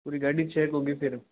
पूरी गाड़ी चेक होगी फिर